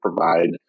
provide